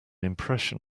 impression